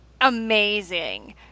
amazing